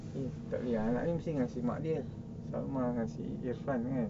eh tak boleh anak amin mesti dengan si mak dia salmah dengan si irfan kan